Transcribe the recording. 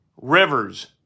Rivers